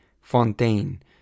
Fontaine